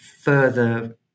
further